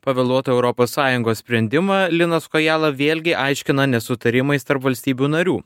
pavėluotą europos sąjungos sprendimą linas kojala vėlgi aiškina nesutarimais tarp valstybių narių